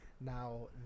Now